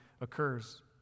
occurs